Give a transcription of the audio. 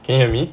can you hear me